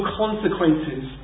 consequences